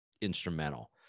instrumental